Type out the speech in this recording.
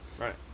Right